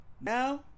Now